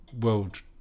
World